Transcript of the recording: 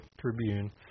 Tribune